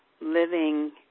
living